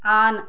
on